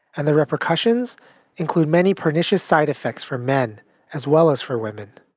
and the repercussions include many pernicious side effects for men as well as for women.